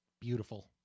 beautiful